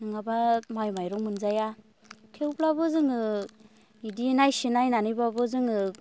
नङाबा माइ माइरं मोनजाया थेवब्लाबो जोङो बिदि नायसे नायनानैबाबो जोङो